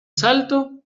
salto